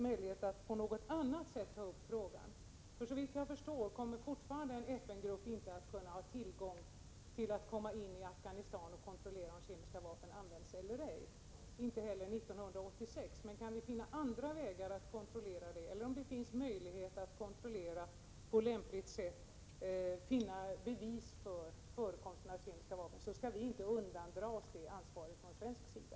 Såvitt jag förstår kommer någon FN-grupp fortfarande inte att ha möjlighet att komma in i Afghanistan och kontrollera om kemiska vapen används eller ej — inte heller nu. Men om vi kan finna andra vägar för att kontrollera eller om det finns möjlighet att på lämpligt sätt finna bevis för förekomsten av kemiska vapen skall vi inte undandra oss det ansvaret från svensk sida.